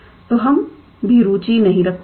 तो हम भी रुचि नहीं रखते हैं